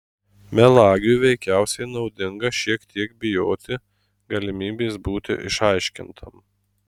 melagiui veikiausiai naudinga šiek tiek bijoti galimybės būti išaiškintam